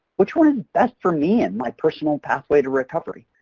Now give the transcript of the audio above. which one's best for me and my personal pathway to recovery,